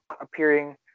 appearing